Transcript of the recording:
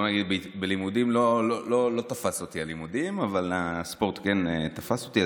בוא נגיד שהלימודים לא תפסו אותי אבל הספורט כן תפס אותי.